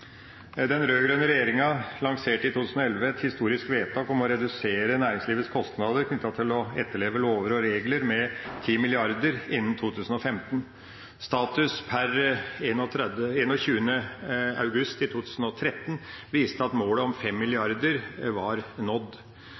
Den rød-grønne regjeringa lanserte i 2011 et historisk vedtak om å redusere næringslivets kostnader knyttet til å etterleve lover og regler med 10 mrd. kr innen 2015. Status per 21. august i 2013 viste at målet om 5 mrd. kr var nådd.